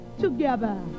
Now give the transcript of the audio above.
together